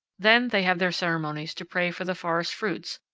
then they have their ceremonies to pray for the forest fruits,